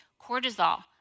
cortisol